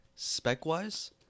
Spec-wise